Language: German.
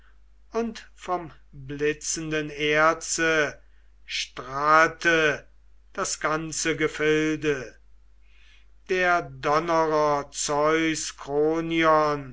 und vom blitzenden erze strahlte das ganze gefilde der donnerer zeus